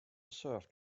served